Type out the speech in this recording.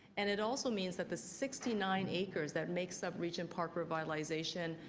and it also means that the sixty nine acres that makes up regent park revitalization,